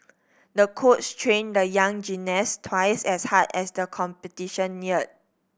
the coach trained the young gymnast twice as hard as the competition neared